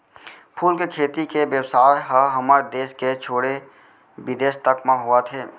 फूल के खेती के बेवसाय ह हमर देस के छोड़े बिदेस तक म होवत हे